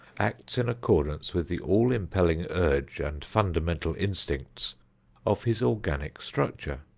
acts in accordance with the all-impelling urge and fundamental instincts of his organic structure.